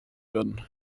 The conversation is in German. werden